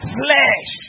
flesh